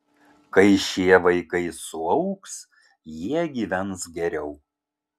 kai šie vaikai suaugs jie gyvens geriau